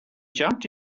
jumped